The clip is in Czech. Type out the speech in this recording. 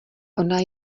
ona